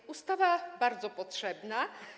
Ta ustawa jest bardzo potrzebna.